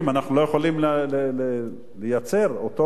אנחנו לא יכולים לייצר את אותו מוצר